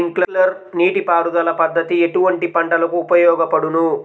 Sprinkler నీటిపారుదల పద్దతి ఎటువంటి పంటలకు ఉపయోగపడును?